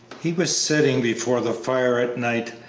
he was sitting before the fire at night,